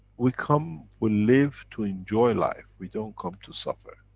we come, we live to enjoy life. we don't come to suffer.